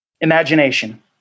Imagination